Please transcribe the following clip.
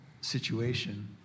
situation